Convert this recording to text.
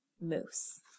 Moose